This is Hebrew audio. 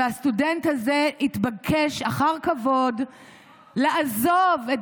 והסטודנט הזה התבקש אחר כבוד לעזוב את